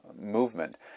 movement